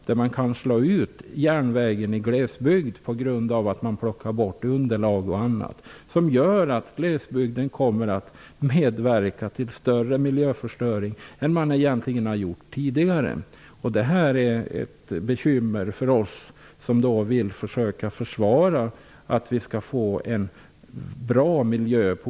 Järnvägen i glesbygd kan ju slås ut om underlag m.m. plockas bort, och det gör att glesbygden kommer att medverka till större miljöförstöring än tidigare. Det är ett bekymmer för oss som vill försöka nå målet en bra miljö.